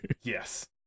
Yes